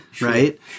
right